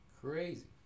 Crazy